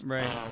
Right